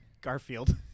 Garfield